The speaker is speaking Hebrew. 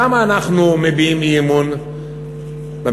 למה אנחנו מביעים אי-אמון בממשלה?